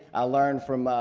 i learned from,